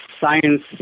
science